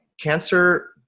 cancer